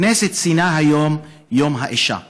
הכנסת ציינה היום את יום האישה,